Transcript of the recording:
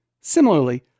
Similarly